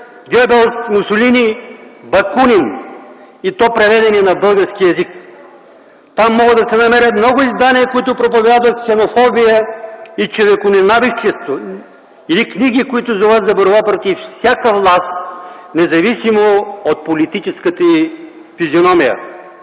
Гьобелс, Мусолини, Бакунин, и то преведени на български език. Там могат да се намерят много издания, които проповядват ксенофобия и човеконенавист, или книги, които зоват за борба против всяка власт, независимо от политическата й физиономия.